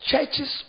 Churches